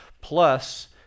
plus